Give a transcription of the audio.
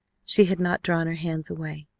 she had not drawn her hands away,